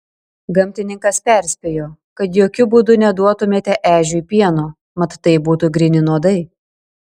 gamtininkas perspėjo kad jokiu būdu neduotumėte ežiui pieno mat tai būtų gryni nuodai